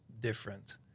different